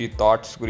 thoughts